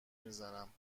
میزنم